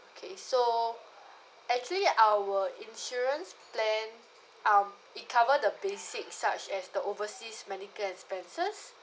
okay so actually our insurance plan um it cover the basic such as the overseas medical expenses